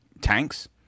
tanks